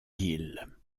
îles